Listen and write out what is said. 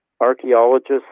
Archaeologists